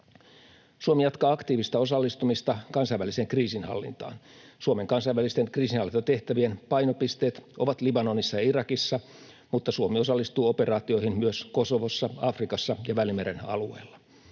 Suomi jatkaa aktiivista osallistumista kansainväliseen kriisinhallintaan. Suomen kansainvälisten kriisinhallintatehtävien painopisteet ovat Libanonissa ja Irakissa, mutta Suomi osallistuu operaatioihin myös Kosovossa, Afrikassa ja Välimeren alueella.